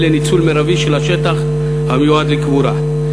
לניצול מרבי של השטח המיועד לקבורה.